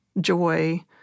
joy